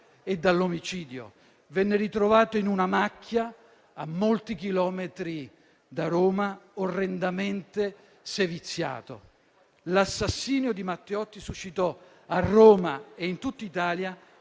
e dall'omicidio. Venne ritrovato in una macchia, a molti chilometri da Roma, orrendamente seviziato. L'assassinio di Matteotti suscitò, a Roma e in tutta Italia,